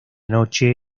noche